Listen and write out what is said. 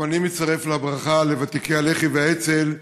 גם אני מצטרף לברכה לוותיקי הלח"י והאצ"ל,